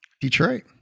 Detroit